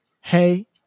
hey